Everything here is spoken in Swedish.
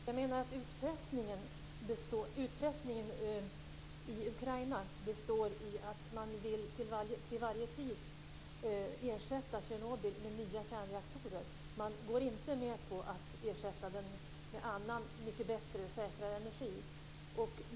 Fru talman! Jag menar att Ukrainas utpressning består i att man till varje pris vill ersätta Tjernobyl med nya kärnreaktorer. Man går inte med på att ersätta Tjernobyl med annan bättre och säkrare energi.